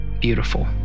beautiful